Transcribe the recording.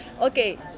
Okay